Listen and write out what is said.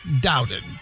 doubted